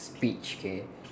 speech okay